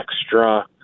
extra